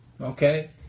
Okay